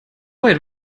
weit